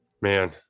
Man